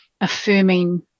affirming